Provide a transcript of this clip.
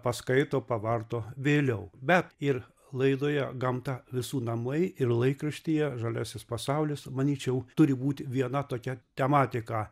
paskaito pavarto vėliau bet ir laidoje gamta visų namai ir laikraštyje žaliasis pasaulis manyčiau turi būti viena tokia tematika